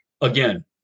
again